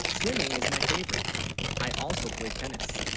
swimming is my favorite i also play tennis